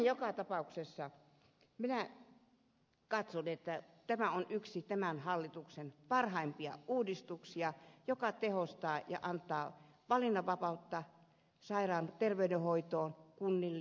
joka tapauksessa minä katson että tämä on yksi tämän hallituksen parhaimpia uudistuksia joka tehostaa ja antaa valinnanvapautta terveydenhoitoon kunnille